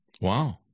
Wow